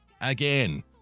Again